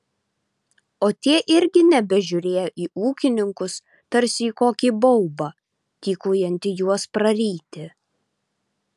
o tie irgi nebežiūrėjo į ūkininkus tarsi į kokį baubą tykojantį juos praryti